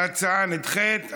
ההצעה נדחית.